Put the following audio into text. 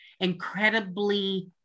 incredibly